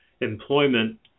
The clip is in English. employment